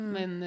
Men